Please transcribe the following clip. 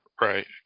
right